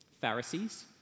Pharisees